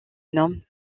nomme